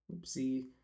oopsie